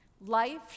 Life